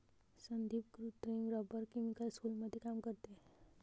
संदीप कृत्रिम rubber chemical स्कूलमध्ये काम करते